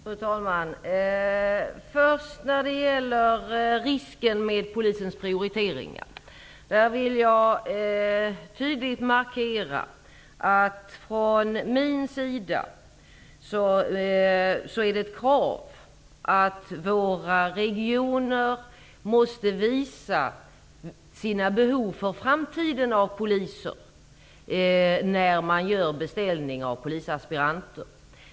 Fru talman! Först när det gäller risken med Polisens prioriteringar vill jag tydligt markera att det från min sida är ett krav att regionerna vid beställning av polisaspiranter måste visa sina behov av poliser inför framtiden.